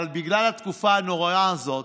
אבל בגלל התקופה הנוראה הזאת